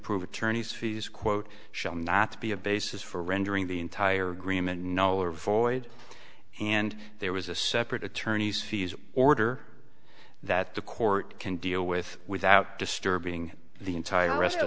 approve attorneys fees quote shall not be a basis for rendering the entire agreement no void and there was a separate attorney's fees order that the court can deal with without disturbing the entire rest of